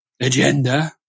agenda